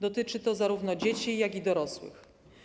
Dotyczy to zarówno dzieci, jak i dorosłych.